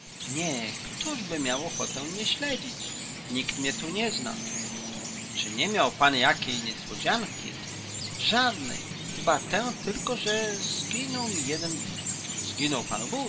nie któżby miał ochotę mnie śledzić nikt mnie tu nie zna czy nie miał pan jakiej niespodzianki żadnej chyba tę tylko że mi zginął jeden but zginął